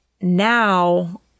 now